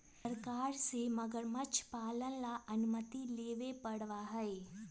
सरकार से मगरमच्छ पालन ला अनुमति लेवे पडड़ा हई